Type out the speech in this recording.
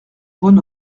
bon